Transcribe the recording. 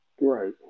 right